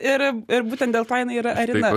ir ir būtent dėl to jinai yra arina